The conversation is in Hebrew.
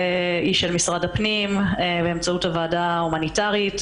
של משרד הפנים באמצעות הוועדה ההומניטרית.